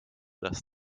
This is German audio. das